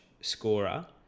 scorer